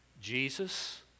Jesus